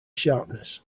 sharpness